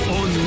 on